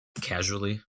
casually